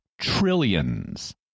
trillions